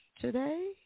today